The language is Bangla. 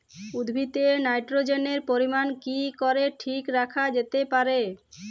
উদ্ভিদে নাইট্রোজেনের পরিমাণ কি করে ঠিক রাখা যেতে পারে?